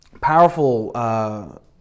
powerful